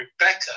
Rebecca